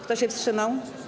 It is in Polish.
Kto się wstrzymał?